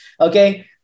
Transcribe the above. Okay